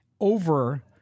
over